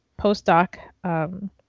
postdoc